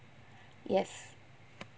yes